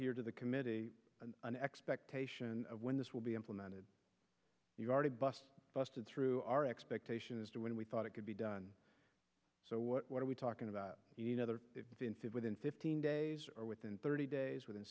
here to the committee and an expectation of when this will be implemented you already bust busted through our expectations to when we thought it could be done so what are we talking about each other since it within fifteen days or within thirty days within